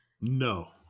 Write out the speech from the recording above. no